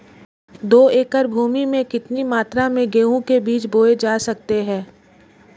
दो एकड़ भूमि में कितनी मात्रा में गेहूँ के बीज बोये जा सकते हैं?